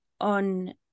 on